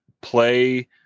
play